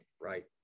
right